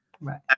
Right